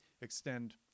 extend